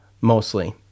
mostly